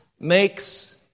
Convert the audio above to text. makes